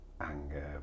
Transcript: anger